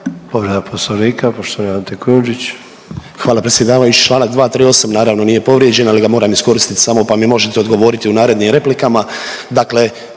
**Kujundžić, Ante (MOST)** Hvala predsjedavajući, čl. 238, naravno nije povrijeđen, ali ga moram iskoristiti samo pa mi možete odgovoriti u narednim replikama.